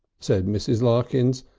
said mrs. larkins,